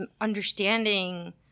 understanding